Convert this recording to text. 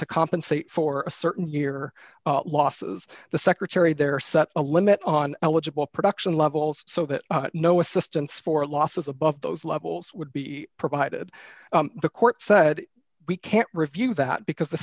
to compensate for a certain year losses the secretary there such a limit on eligible production levels so that no assistance for losses above those levels would be provided the court said we can't review that because the